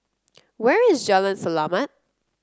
where is Jalan Selamat